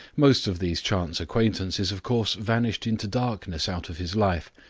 most of these chance acquaintances, of course, vanished into darkness out of his life.